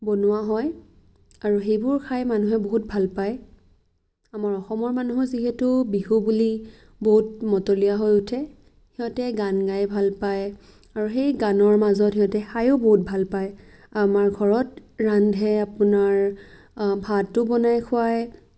বনোৱা হয় আৰু সেইবোৰ খাই মানুহে বহুত ভাল পায় আমাৰ অসমৰ মানুহো যিহেতু বিহু বুলি বহুত মতলীয়া হৈ উঠে সিহঁতে গান গাই ভাল পায় আৰু সেই গানৰ মাজত সিহঁতে খাইও বহুত ভাল পায় আমাৰ ঘৰত ৰান্ধে আপোনাৰ ভাতো বনাই খুৱায়